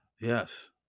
yes